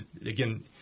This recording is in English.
Again